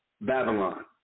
Babylon